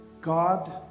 God